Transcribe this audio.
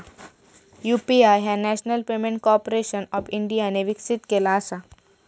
UPI ह्या national payment corporation of इंडियाने विकसित केला असा